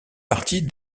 partie